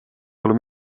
pole